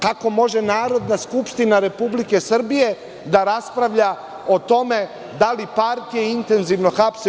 Kako može Narodna skupština Republike Srbije da raspravlja o tome da li partije intenzivno hapse?